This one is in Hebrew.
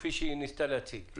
כפי שהיא ניסתה להציג.